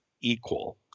equal